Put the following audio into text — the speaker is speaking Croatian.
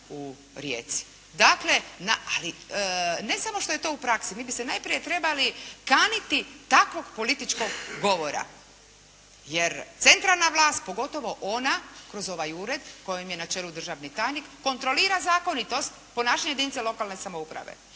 u Rijeci. Dakle, ne samo što je to u praksi. Mi bi se najprije trebali kaniti takvog političkog govora jer centralna vlast, pogotovo ona kroz ovaj ured, kojem je na čelu državni tajnik, kontrolira zakonitost ponašanja jedinica lokalne samouprave.